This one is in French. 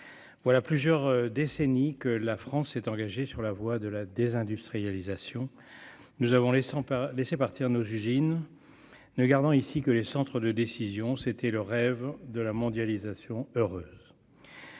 Voilà plusieurs décennies que la France s'est engagée sur la voie de la désindustrialisation. Nous avons laissé partir nos usines, ne gardant ici que les centres de décision. C'était le rêve de la mondialisation heureuse